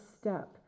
step